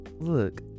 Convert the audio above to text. look